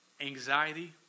anxiety